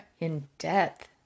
in-depth